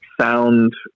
sound